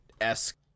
esque